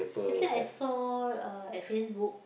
I think I saw uh at Facebook